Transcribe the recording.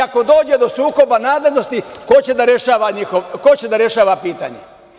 Ako dođe do sukoba nadležnosti ko će da rešava pitanje?